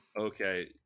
Okay